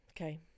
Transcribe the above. Okay